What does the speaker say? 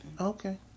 Okay